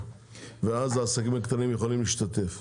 ואז העסקים הקטנים יכולים להשתתף.